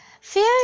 Fear